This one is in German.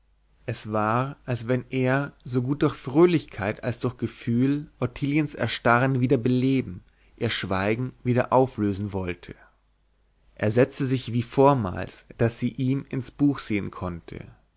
es war als wenn er so gut durch fröhlichkeit als durch gefühl ottiliens erstarren wieder beleben ihr schweigen wieder auflösen wollte er setzte sich wie vormals daß sie ihm ins buch sehen konnte